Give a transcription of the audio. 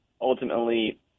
ultimately